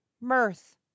mirth